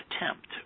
attempt